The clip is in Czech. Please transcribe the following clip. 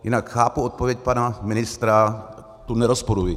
Jinak chápu odpověď pana ministra, tu nerozporuji.